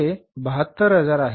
हे 72000 आहेत